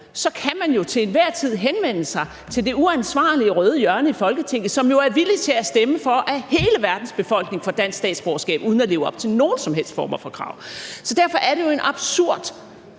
så kan man jo til enhver tid henvende sig til det uansvarlige røde hjørne i Folketinget, som jo er villig til at stemme for, at hele verdens befolkning får dansk statsborgerskab uden at leve op til nogen som helst former for krav. Så derfor er det jo en absurd